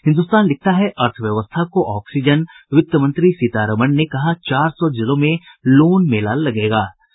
हिन्दुस्तान ने लिखा है अर्थ व्यवस्था को ऑक्सीजन वित्त मंत्री सीतारमण ने कहा कि चार सौ जिलों में लोन मेला लगेंगे